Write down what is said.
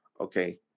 okay